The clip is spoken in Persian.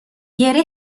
گره